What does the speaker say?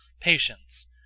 patience